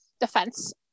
defense